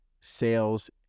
sales